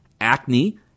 acne